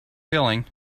feeling